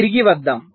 తిరిగి వద్దాం